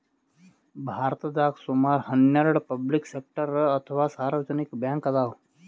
ಭಾರತದಾಗ್ ಸುಮಾರ್ ಹನ್ನೆರಡ್ ಪಬ್ಲಿಕ್ ಸೆಕ್ಟರ್ ಅಥವಾ ಸಾರ್ವಜನಿಕ್ ಬ್ಯಾಂಕ್ ಅದಾವ್